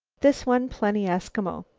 this one plenty eskimo.